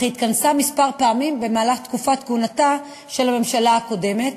אך היא התכנסה כמה פעמים בתקופת כהונתה של הממשלה הקודמת,